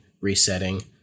resetting